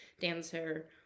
dancer